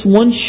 one